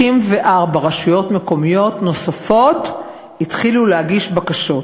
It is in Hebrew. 54 רשויות מקומיות נוספות התחילו להגיש בקשות,